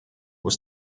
was